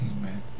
Amen